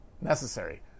necessary